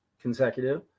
consecutive